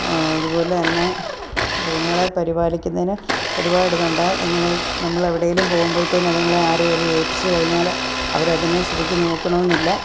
അതുപോലെ തന്നെ മൃഗങ്ങളെ പരിപാലിക്കുന്നതിനു ഒരുപാട് ഇതുണ്ട് നിങ്ങൾ നമ്മളെവിടെയെങ്കിലും പോകുമ്പോഴത്തേന് അതുങ്ങളെ ആരെങ്കിലും ഏല്പിച്ചു കഴിഞ്ഞാൽ അവരതിനെ ശരിക്കും നോക്കണമെന്നില്ല